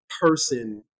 person